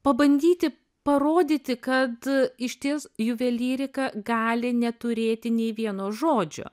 pabandyti parodyti kad išties juvelyrika gali neturėti nei vieno žodžio